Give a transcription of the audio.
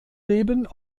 leben